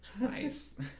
nice